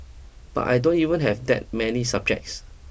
but I don't even have that many subjects